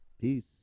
Peace